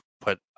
put